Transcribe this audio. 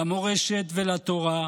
למורשת ולתורה,